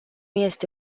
este